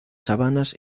sabanas